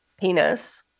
penis